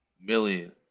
Million